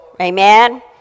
Amen